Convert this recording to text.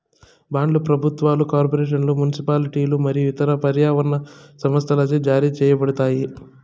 బాండ్లు ప్రభుత్వాలు, కార్పొరేషన్లు, మునిసిపాలిటీలు మరియు ఇతర పర్యావరణ సంస్థలచే జారీ చేయబడతాయి